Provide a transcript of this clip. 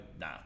nah